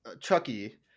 Chucky